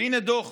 והינה דוח